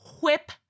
whip